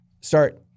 start